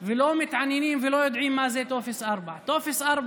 ולא מתעניינים ולא יודעים מה זה טופס 4. טופס 4